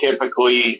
typically